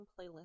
playlist